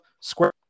square